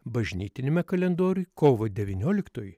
bažnytiniame kalendoriuj kovo devynioliktoji